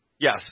Yes